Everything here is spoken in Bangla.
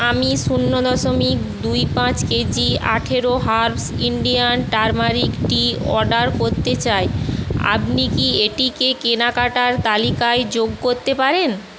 আমি শূন্য দশমিক দুই পাঁচ কেজি আঠারো herbs Indian turmeric tea order করতে চাই আপনি কি এটিকে কেনাকাটার তালিকায় যোগ করতে পারেন